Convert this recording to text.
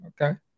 okay